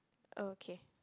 okay